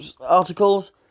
articles